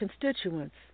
constituents